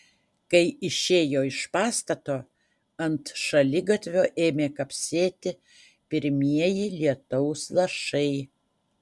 kai išėjo iš pastato ant šaligatvio ėmė kapsėti pirmieji lietaus lašai